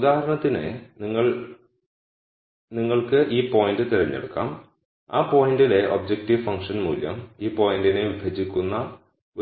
ഉദാഹരണത്തിന് നിങ്ങൾക്ക് ഈ പോയിന്റ് തിരഞ്ഞെടുക്കാം ആ പോയിന്റിലെ ഒബ്ജക്റ്റീവ് ഫംഗ്ഷൻ മൂല്യം ഈ പോയിന്റിനെ വിഭജിക്കുന്ന